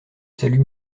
salut